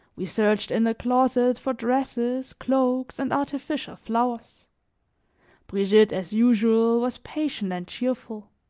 we searched in the closet for dresses, cloaks, and artificial flowers brigitte as usual, was patient and cheerful.